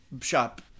shop